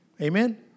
Amen